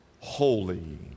holy